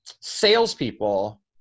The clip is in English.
salespeople